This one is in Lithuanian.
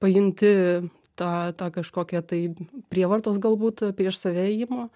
paimti tą tą kažkokią tai prievartos galbūt prieš save ėjimo